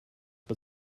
but